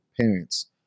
parents